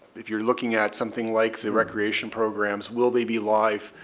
if you're looking at something like the recreation programs, will they be live